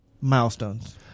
milestones